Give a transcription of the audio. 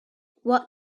what